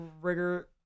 rigor